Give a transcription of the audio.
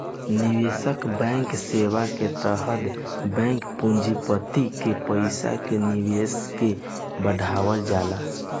निवेश बैंकिंग सेवा के तहत बैंक पूँजीपति के पईसा के निवेश के बढ़ावल जाला